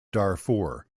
darfur